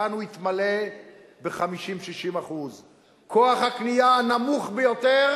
כאן הוא יתמלא ב-50% 60%. כוח הקנייה הנמוך ביותר